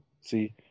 see